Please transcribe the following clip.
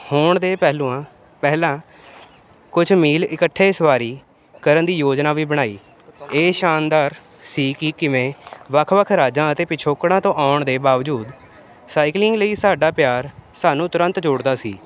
ਹੋਣ ਦੇ ਪਹਿਲੂਆਂ ਪਹਿਲਾਂ ਕੁਛ ਮੀਲ ਇਕੱਠੇ ਸਵਾਰੀ ਕਰਨ ਦੀ ਯੋਜਨਾ ਵੀ ਬਣਾਈ ਇਹ ਸ਼ਾਨਦਾਰ ਸੀ ਕਿ ਕਿਵੇਂ ਵੱਖ ਵੱਖ ਰਾਜਾਂ ਅਤੇ ਪਿਛੋਕੜਾਂ ਤੋਂ ਆਉਣ ਦੇ ਬਾਵਜੂਦ ਸਾਈਕਲਿੰਗ ਲਈ ਸਾਡਾ ਪਿਆਰ ਸਾਨੂੰ ਤੁਰੰਤ ਜੋੜਦਾ ਸੀ